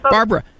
Barbara